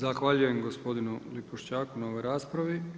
Zahvaljujem gospodinu Lipošćaku na ovoj raspravi.